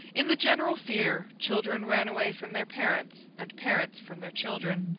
in the general fear, children ran away from their parents, and parents from their children.